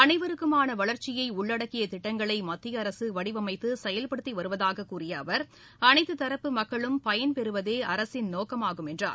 அனைவருக்குமான வளர்ச்சியை உள்ளடக்கிய திட்டங்களை மத்திய அரசு வடிவமைத்து செயல்படுத்தி வருவதாகக் கூறிய அவர் அனைத்து தரப்பு மக்களும் பயன் பெறுவதே அரசின் நோக்கமாகும் என்றார்